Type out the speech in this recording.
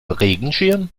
regenschirm